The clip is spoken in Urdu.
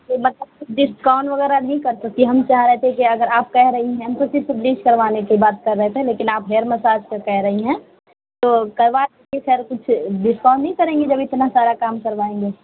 تو مطلب کچھ ڈسکاؤنٹ وغیرہ نہیں کر سکتی ہم چاہ رہے تھے کہ اگر آپ کہہ رہی ہیں ہم تو صرف بلیچ کروانے کی بات کر رہے تھے لیکن آپ ہیئر مساج کا کہہ رہی ہیں تو کروا لیتی اگر کچھ ڈسکاؤنٹ نہیں کریں گی جب اتنا سارا کام کروائیں گے